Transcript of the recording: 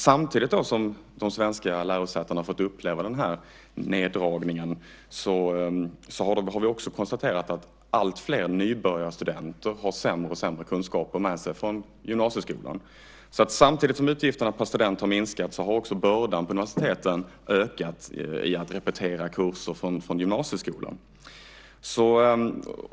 Samtidigt som de svenska lärosätena fått uppleva den här neddragningen har vi också kunnat konstatera att alltfler nybörjarstudenter har sämre och sämre kunskaper med sig från gymnasieskolan. Dels har alltså utgifterna per student minskat, dels har bördan på universiteten ökat i form av repetering av kurser från gymnasieskolan.